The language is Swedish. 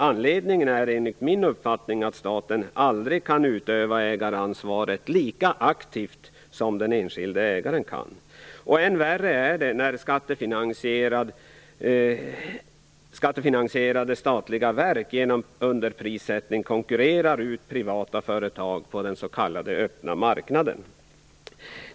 Anledningen är enligt min uppfattning att staten aldrig kan utöva ägaransvaret lika aktivt som den enskilde ägaren kan. Än värre är när skattefinansierade statliga verk genom underprissättning konkurrerar ut privata företag på den s.k. öppna marknaden.